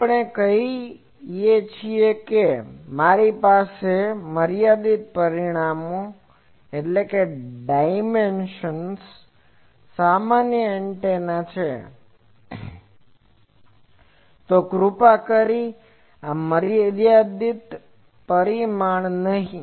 આપણે કહીએ છીએ કે જો મારી પાસે મર્યાદિત પરિમાણોનો સામાન્ય એન્ટેના છે તો કૃપા કરીને આ મર્યાદિત પરિમાણ નહીં